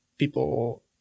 people